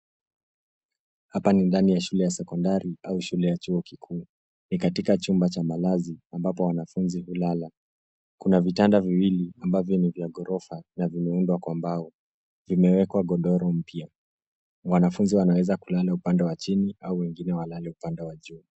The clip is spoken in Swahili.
Hapa ni ndani ya shule ya sekondari au shule ya chuo kikuu. Ni katika chumba cha malazi ambapo wanafuza hulala. Kuna vitanda viwili ambavyo ni vya ghorofa na vimeundwa kwa mbao. Vimewekwa godoro mpya. Wanafunzi wanaweza kulala upande wa chini au wengine walale upande wa juu.